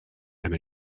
and